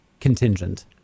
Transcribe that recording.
contingent